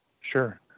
Sure